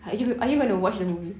are you are you gonna watch the movie